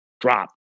drop